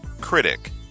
Critic